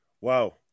Wow